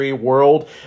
world